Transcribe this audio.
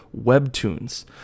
Webtoons